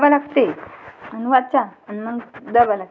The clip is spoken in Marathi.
मी दोन लाखापेक्षा कमी कमावतो, मले क्रेडिट कार्ड वापरता येईन का?